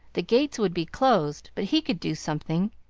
the gates would be closed, but he could do something.